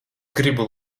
gribu